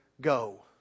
go